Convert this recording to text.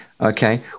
Okay